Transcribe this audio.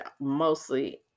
mostly